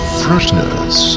freshness